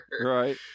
right